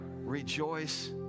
rejoice